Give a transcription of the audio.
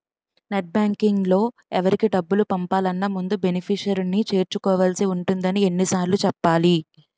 net బాంకింగ్లో ఎవరికి డబ్బులు పంపాలన్నా ముందు బెనిఫిషరీని చేర్చుకోవాల్సి ఉంటుందని ఎన్ని సార్లు చెప్పాలి